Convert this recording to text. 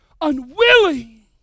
unwilling